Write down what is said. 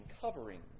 coverings